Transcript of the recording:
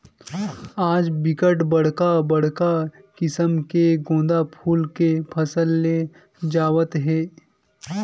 आज बिकट बड़का बड़का किसम के गोंदा फूल के फसल ले जावत हे